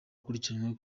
akurikiranweho